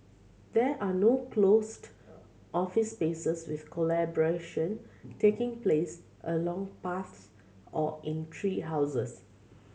there are no closed office spaces with collaboration taking place along paths or in tree houses